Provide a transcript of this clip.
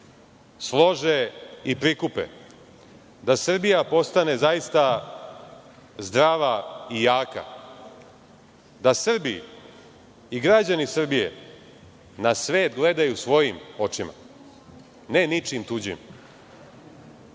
slože i prikupe da Srbija postane zaista zdrava i jaka, da Srbi i građani Srbije na svet gledaju svojim očima, ne ničijim tuđim.